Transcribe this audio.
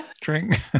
drink